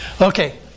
Okay